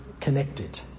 connected